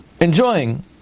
enjoying